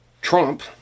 Trump